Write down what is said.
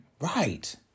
Right